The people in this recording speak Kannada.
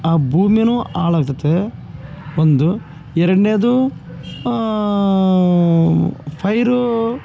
ಆ ಭೂಮಿನೂ ಹಾಳಾಗ್ತತೆ ಒಂದು ಎರಡನೇದು ಪೈರು